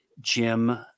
Jim